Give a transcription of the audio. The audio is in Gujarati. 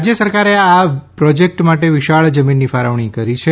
રાજ્ય સરકારે આ પ્રોજેક્ટ માટે વિશાળ જમીનની ફાળવણી કરી છે